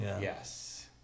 yes